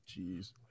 jeez